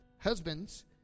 Husbands